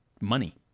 money